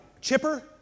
chipper